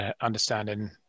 understanding